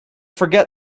forget